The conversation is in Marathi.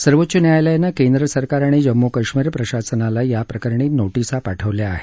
सर्वोच्च न्यायालयानं केंद्रसरकार आणि जम्मू कश्मीर प्रशासनाला याप्रकरणी नोटिसा पाठवल्या आहेत